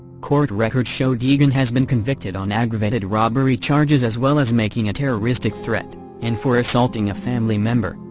court records show degan has been convicted on aggravated robbery charges as well as making a terroristic threat and for assaulting a family member,